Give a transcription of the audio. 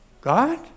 God